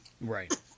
Right